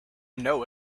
know